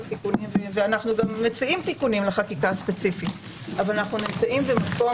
תיקונים ואנו גם מציעים תיקונים לחקיקה ספציפית אך אנו נמצאים במקום